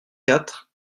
quatre